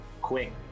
quick